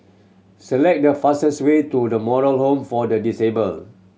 select the fastest way to The Moral Home for the Disabled